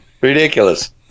Ridiculous